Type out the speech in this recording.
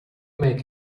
make